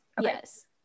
yes